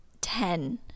ten